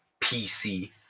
PC